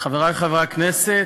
חברי חברי הכנסת,